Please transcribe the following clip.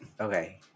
Okay